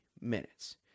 minutes